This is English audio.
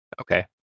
Okay